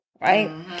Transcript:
right